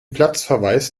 platzverweis